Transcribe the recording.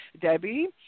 Debbie